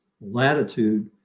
latitude